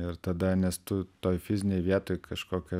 ir tada nes tu toj fizinėj vietoj kažkokią